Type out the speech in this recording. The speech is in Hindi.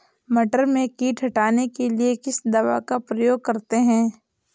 मटर में कीट हटाने के लिए किस दवा का प्रयोग करते हैं?